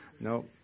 no